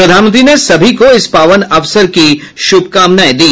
प्रधानमंत्री ने सभी को इस पावन अवसर की शुभकामनाएं दी